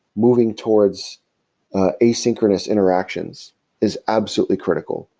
moving towards asynchronous interactions is absolutely critical.